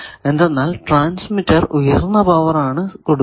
എന്തെന്നാൽ ട്രാൻസ്മിറ്റർ ഉയർന്ന പവർ ആണ് കൊടുക്കുക